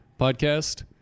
Podcast